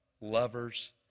Lovers